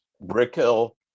Brickhill